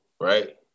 right